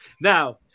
Now